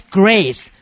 grace